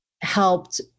helped